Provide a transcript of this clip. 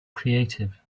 creative